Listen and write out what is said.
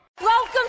Welcome